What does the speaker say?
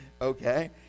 okay